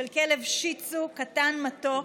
של כלב שי טסו קטן מתוק.